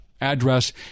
address